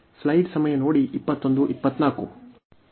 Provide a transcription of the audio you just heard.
ನಾವು ಇಲ್ಲಿ ಉದಾಹರಣೆಗೆ ಹೋಗೋಣ